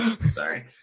Sorry